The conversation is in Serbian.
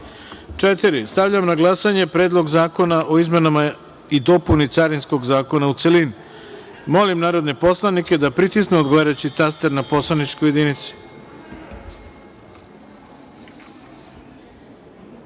imovinu. Stavljam na glasanje Predlog zakona o izmenama i dopuni Carinskog zakona, u celini. Molim narodne poslanike da pritisnu odgovarajući taster na poslaničkoj